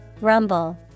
Rumble